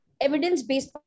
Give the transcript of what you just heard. evidence-based